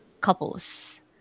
couples